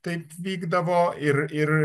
taip vykdavo ir ir